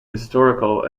historical